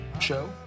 show